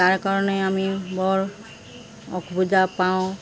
তাৰ কাৰণে আমি বৰ অসুবিধা পাওঁ